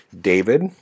David